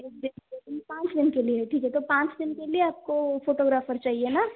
ठीक है तो पाँच दिन के लिए तो पाँच दिन के लिए आपको फोटोग्राफर चाहिए न